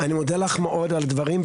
אני מודה לך מאוד על דברים,